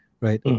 right